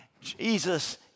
Jesus